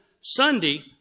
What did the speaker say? Sunday